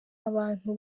abantu